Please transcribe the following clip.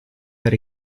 per